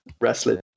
wrestling